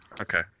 Okay